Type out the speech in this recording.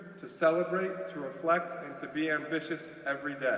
to celebrate, to reflect, and to be ambitious every